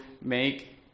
make